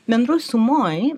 bendroj sumoj